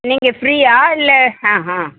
நீங்கள் ஃப்ரீயா இல்லை ஆ ஆ